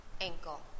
ankle